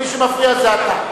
מי שמפריע זה אתה.